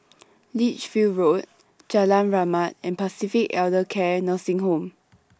Lichfield Road Jalan Rahmat and Pacific Elder Care Nursing Home